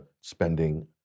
spending